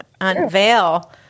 unveil